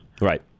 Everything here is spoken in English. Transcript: Right